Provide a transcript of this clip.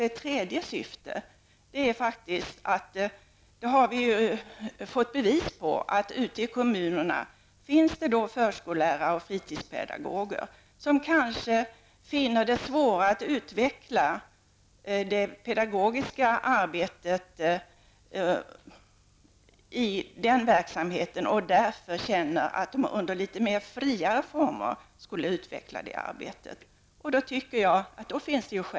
Ett tredje syfte med detta kan vara att tillmåstesgå kommunalaförskollärare och fritidspedagoger som kanske finner det svårt att utveckla det pedagogiska arbetet i den kommunala verksamheten och som känner att de under litet mer friare former skulle kunna utveckla detta arbete. Vi har fått bevis för att sådana önskemål finns.